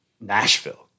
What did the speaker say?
Nashville